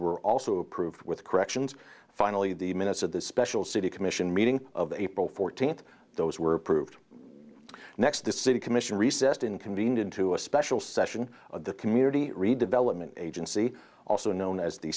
were also approved with corrections finally the minutes of the special city commission meeting of april fourteenth those were approved next the city commission recessed in convened into a special session of the community redevelopment agency also known as the